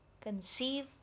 Conceive